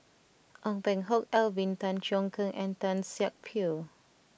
Ong Peng Hock Alvin Tan Cheong Kheng and Tan Siak Kew